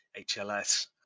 HLS